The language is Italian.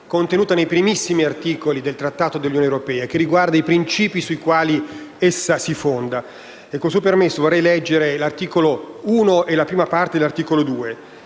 contenuta nei primissimi articoli del trattato sull'Unione europea, che riguarda i principi sui quali essa si fonda. Con il suo permesso, vorrei leggere l'articolo 2 e la prima parte dell'articolo 3,